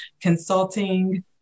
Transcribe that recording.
consulting